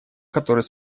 который